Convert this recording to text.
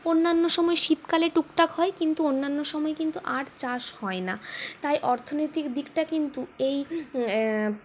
অন্যান্য সময় শীতকালে টুকটাক হয় কিন্তু অন্যান্য সময় কিন্তু আর চাষ হয়না তাই অর্থনৈতিক দিকটা কিন্তু এই